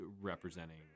representing